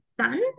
son